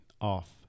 off